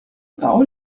parole